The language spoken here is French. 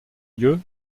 lieu